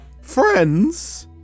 Friends